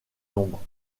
nombres